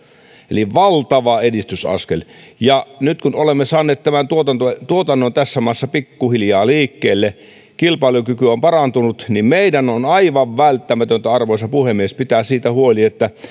eli valtava edistysaskel ja nyt kun olemme saaneet tuotannon tuotannon tässä maassa pikkuhiljaa liikkeelle kilpailukyky on parantunut meidän on on aivan välttämätöntä arvoisa puhemies pitää siitä huoli että